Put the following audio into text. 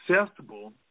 accessible